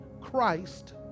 Christ